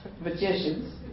magicians